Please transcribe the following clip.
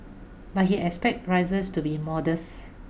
but he expects rises to be modest